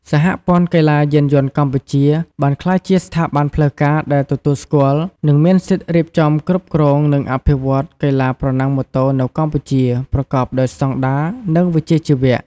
សហព័ន្ធកីឡាយានយន្តកម្ពុជា បានក្លាយជាស្ថាប័នផ្លូវការដែលទទួលស្គាល់ និងមានសិទ្ធិរៀបចំ គ្រប់គ្រង និងអភិវឌ្ឍកីឡាប្រណាំងម៉ូតូនៅកម្ពុជា ប្រកបដោយស្តង់ដារ និងវិជ្ជាជីវៈ។